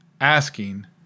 asking